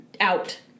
out